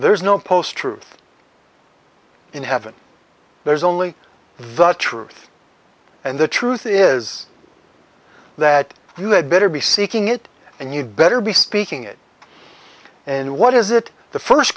there's no post truth in heaven there is only the truth and the truth is that you had better be seeking it and you'd better be speaking it in what is it the first